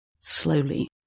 slowly